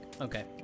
Okay